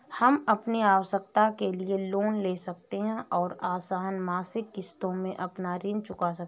हम अपनी आवश्कता के लिए लोन ले सकते है और आसन मासिक किश्तों में अपना ऋण चुका सकते है